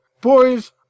boys